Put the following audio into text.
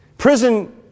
Prison